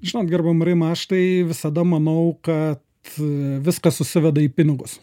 žinot gerbiama rima aš tai visada manau kad viskas susiveda į pinigus